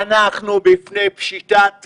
אנחנו בפני פשיטת רגל.